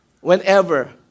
whenever